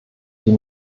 die